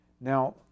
Now